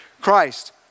Christ